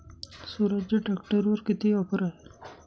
स्वराज ट्रॅक्टरवर किती ऑफर आहे?